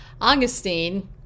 Augustine